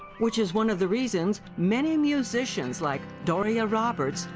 which is one of the reasons many musicians, like doria roberts,